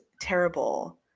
terrible